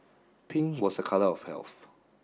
pink was a colour of health